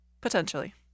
Potentially